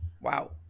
Wow